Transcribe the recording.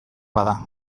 bada